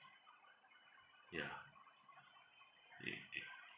yeah